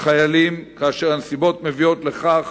וחיילים, כאשר הנסיבות מביאות לכך